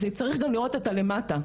זה צריך גם לראות את הלמטה,